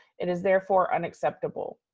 it is therefore unacceptable,